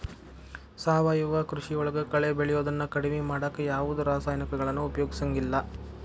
ಸಾವಯವ ಕೃಷಿಯೊಳಗ ಕಳೆ ಬೆಳಿಯೋದನ್ನ ಕಡಿಮಿ ಮಾಡಾಕ ಯಾವದ್ ರಾಸಾಯನಿಕಗಳನ್ನ ಉಪಯೋಗಸಂಗಿಲ್ಲ